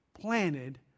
planted